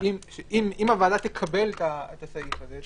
שאם הוועדה תקבל את הסעיף הזה,